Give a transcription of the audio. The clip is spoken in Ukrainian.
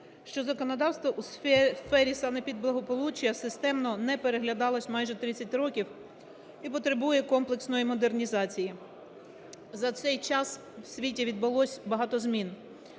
що законодавство у сфері санепідблагополуччя системно не переглядалося майже 30 років і потребує комплексної модернізації. За цей час в світі відбулося багато змін.